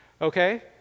okay